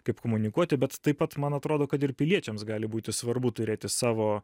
kaip komunikuoti bet taip pat man atrodo kad ir piliečiams gali būti svarbu turėti savo